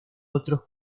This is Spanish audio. otros